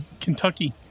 Kentucky